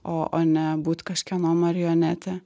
o o ne būt kažkieno marionetė